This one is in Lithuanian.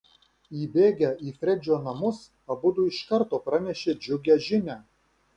įbėgę į fredžio namus abudu iš karto pranešė džiugią žinią